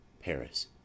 paris